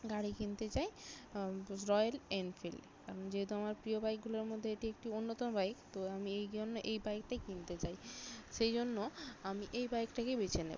গাড়ি কিনতে চাই পুশ রয়েল এনফিল্ড আমি যেহেতু আমার প্রিয় বাইকগুলোর মধ্যে এটি একটি অন্যতম বাইক তো আমি এই জন্য এই বাইকটাই কিনতে চাই সেই জন্য আমি এই বাইকটাকেই বেছে নেবো